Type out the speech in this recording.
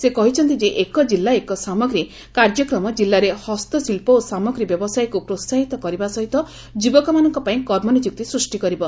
ସେ କହିଛନ୍ତି ଯେ 'ଏକ ଜିଲ୍ଲା ଏକ ସାମଗ୍ରୀ' କାର୍ଯ୍ୟକ୍ରମ କିଲ୍ଲାସ୍ତରରେ ହସ୍ତଶିଳ୍ପ ଓ ସାମ୍ରଗୀ ବ୍ୟବସାୟକୁ ପ୍ରୋହାହିତ କରିବା ସହିତ ଯୁବକମାନଙ୍କ ପାଇଁ କର୍ମନିଯୁକ୍ତି ସୃଷ୍ଟି କରିବ